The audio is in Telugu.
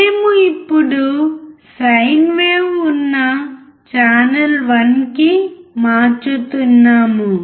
మేము ఇప్పుడు సైన్ వేవ్ ఉన్న ఛానల్ 1 కి మార్చుతున్నాము